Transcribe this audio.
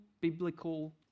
biblical